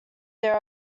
there